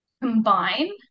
combine